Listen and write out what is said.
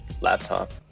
laptop